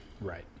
right